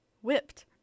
whipped